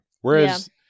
Whereas